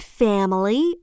family